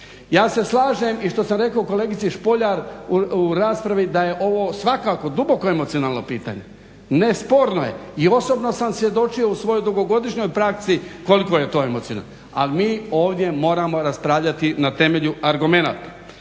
Ja se slažem i što sam rekao kolegici Špoljar u raspravi da je ovo svakako duboko emocionalno pitanje, nesporno je, i osobno sam svjedočio u svojoj dugogodišnjoj praksi koliko je to emocionalno, ali mi ovdje moramo raspravljati na temelju argumenata